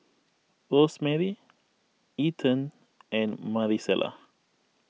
Rosemary Ethen and Marisela